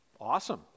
Awesome